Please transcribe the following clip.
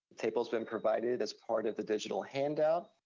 table's been provided as part of the digital handout,